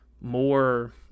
more –